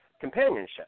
companionship